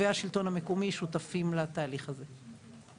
והשלטון המקומי שותפים לתהליך הזה.